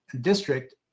district